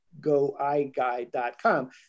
goiguide.com